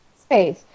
space